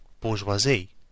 bourgeoisie